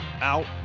out